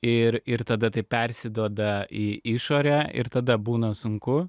ir ir tada tai persiduoda į išorę ir tada būna sunku